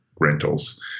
rentals